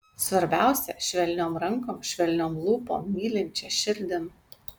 svarbiausia švelniom rankom švelniom lūpom mylinčia širdim